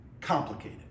complicated